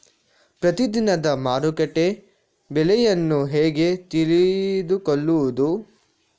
ಪ್ರತಿದಿನದ ಮಾರುಕಟ್ಟೆ ಬೆಲೆಯನ್ನು ಹೇಗೆ ತಿಳಿದುಕೊಳ್ಳುವುದು?